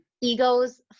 egos